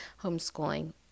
homeschooling